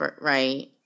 right